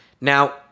Now